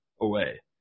away